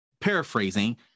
paraphrasing